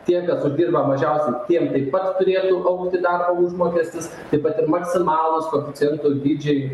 tie kas uždirba mažiausiai tiem taip pat turėtų augti darbo užmokestis taip pat ir maksimalūs koeficientų dydžiai